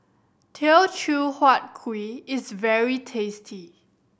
Teochew Huat Kuih is very tasty